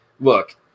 look